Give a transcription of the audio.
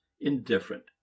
indifferent